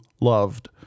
loved